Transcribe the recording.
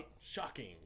shocking